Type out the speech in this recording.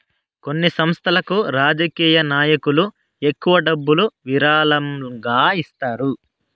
కొన్ని సంస్థలకు రాజకీయ నాయకులు ఎక్కువ డబ్బులు విరాళంగా ఇస్తారు